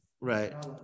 right